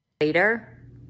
Later